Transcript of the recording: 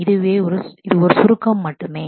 எனவே இது ஒரு சுருக்கம் மட்டுமே